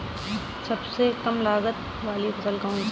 सबसे कम लागत वाली फसल कौन सी है?